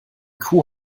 kuh